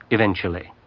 eventually.